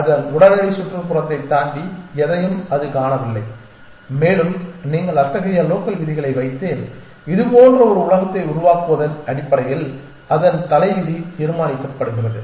அதன் உடனடி சுற்றுப்புறத்தைத் தாண்டி எதையும் அது காணவில்லை மேலும் நீங்கள் அத்தகைய லோக்கல் விதிகளை வைத்து இது போன்ற ஒரு உலகத்தை உருவாக்குவதன் அடிப்படையில் அதன் தலைவிதி தீர்மானிக்கப்படுகிறது